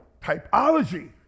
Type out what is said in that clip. typology